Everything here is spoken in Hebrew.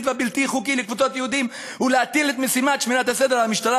והבלתי-חוקי לקבוצות יהודים ולהטיל את משימת שמירת הסדר על המשטרה,